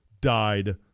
died